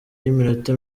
y’iminota